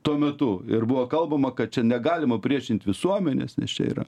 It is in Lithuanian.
tuo metu ir buvo kalbama kad čia negalima priešinti visuomenės nes čia yra